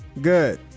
Good